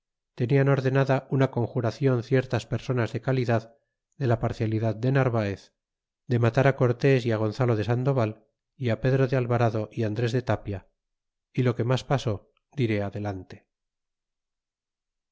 tenian ordenada una conjuracion ciertas personas de calidad de la parcialidad de narvaez de matar á cortés y á gonzalo de sandoval pedro de alvarado andres de tapia y lo que mas pasó diré adelante